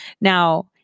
Now